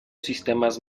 sistemas